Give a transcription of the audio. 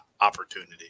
opportunity